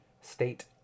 state